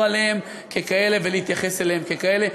עליהם ככאלה וצריך להתייחס אליהם ככאלה.